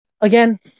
again